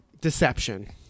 deception